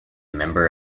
member